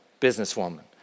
businesswoman